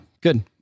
good